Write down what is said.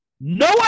No